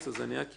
רק אומר,